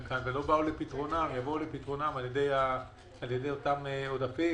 כאן ולא באו אל פתרונם יבואו לפתרונם על ידי אותם עודפים.